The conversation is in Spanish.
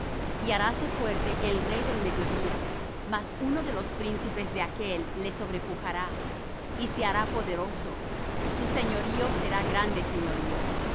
y haráse fuerte el rey del mediodía mas uno de los príncipes de aquél le sobrepujará y se hará poderoso su señorío será grande señorío y